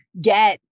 get